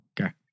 Okay